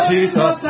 Jesus